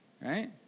right